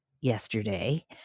yesterday